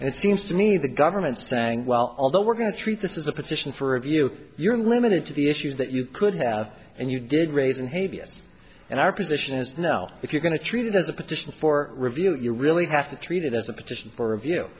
and it seems to me the government saying well although we're going to treat this is a petition for review you're limited to the issues that you could have and you did raise and abs and our position is now if you're going to treat it as a petition for review you really have to treat it as a petition for review